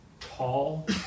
tall